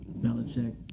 Belichick